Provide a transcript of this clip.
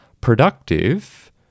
productive